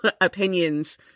opinions